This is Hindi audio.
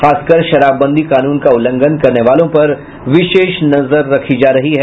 खासकर शराबबंदी कानून का उल्लंघन करने वालों पर विशेष नजर रखी जा रही है